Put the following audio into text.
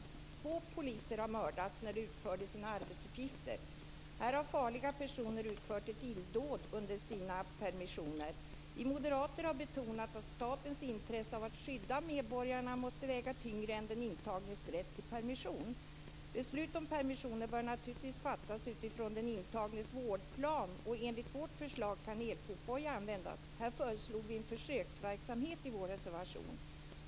Två poliser har mördats när de utförde sina arbetsuppgifter. Här har farliga personer utfört ett illdåd under sin permission. Vi moderater har betonat att statens intresse av att skydda medborgarna måste väga tyngre än den intagnes rätt till permission. Beslut om permissioner bör naturligtvis fattas utifrån den intagnes vårdplan, och enligt vårt förslag kan elfotboja användas. Vi föreslog en försöksverksamhet i vår reservation.